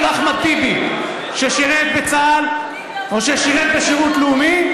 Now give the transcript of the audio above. שכן של אחמד טיבי ששירת בצה"ל או ששירת בשירות לאומי,